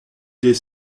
des